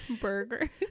burger